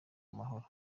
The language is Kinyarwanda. mahoro